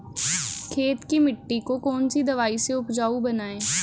खेत की मिटी को कौन सी दवाई से उपजाऊ बनायें?